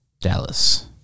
Dallas